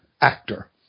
actor